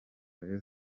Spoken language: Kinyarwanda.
rayon